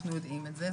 אנחנו יודעים את זה,